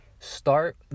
start